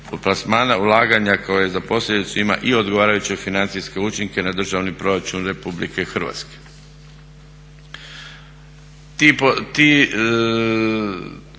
plasmana ulaganja koje za posljedicu ima i odgovarajuće financijske učinke na Državni proračun RH. Dakle,